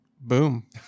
Boom